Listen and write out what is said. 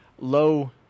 low